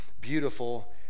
beautiful